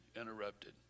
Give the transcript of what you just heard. interrupted